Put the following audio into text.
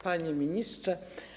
Panie Ministrze!